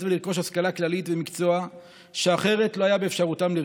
לרכוש השכלה כללית ומקצוע שאחרת לא היה באפשרותם לרכוש.